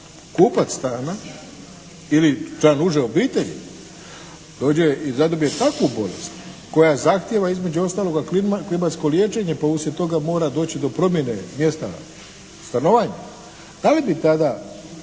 kupac stana ili član uže obitelji dođe i dobije takvu bolest koja zahtjeva između ostaloga klimatsko liječenje pa uslijed toga mora doći do promjene mjesta stanovanja, da li bi tada